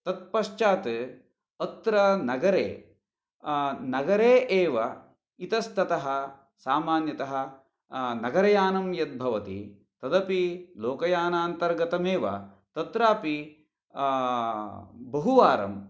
तत् पश्चात् अत्र नगरे नगरे एव इतस्ततः सामान्यतः नगरयानं यद् भवति तद् अपि लोकयानान्तर्गतमेव तत्रापि बहुवारम्